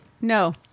no